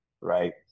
Right